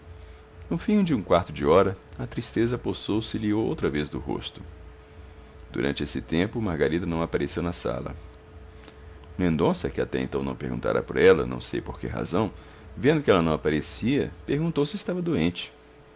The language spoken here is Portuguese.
no fim de um quarto de hora a tristeza apossou se lhe outra vez do rosto durante esse tempo margarida não apareceu na sala mendonça que até então não perguntara por ela não sei por que razão vendo que ela não aparecia perguntou se estava doente